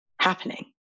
happening